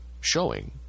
showing